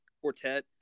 Quartet